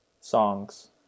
songs